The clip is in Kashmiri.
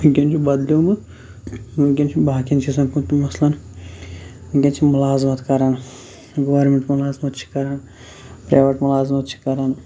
وٕنکین چھُ بَدلیومُت وٕنکین چھُ باقٕیَن چیٖزَن کُن تہِ مثلن وٕنکیٚن چھِ مُلازمت کَران گورمنٹ مُلازمَت چھِ کَران پرٛیویٹ مُلازمَت چھِ کَران